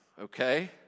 Okay